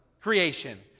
creation